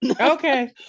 Okay